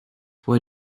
were